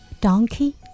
Donkey